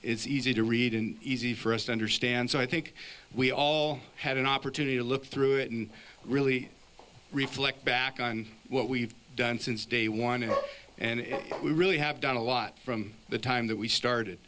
is easy to read and easy for us to understand so i think we all had an opportunity to look through it and really reflect back on what we've done since day one and we really have done a lot from the time that we started